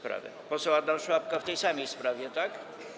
Poseł Adam Szłapka w tej samej sprawie, tak?